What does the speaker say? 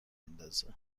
میندازه